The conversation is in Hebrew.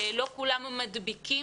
לא כולם מדביקים.